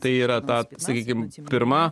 tai yra ta sakykime pirma